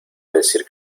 decir